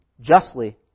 justly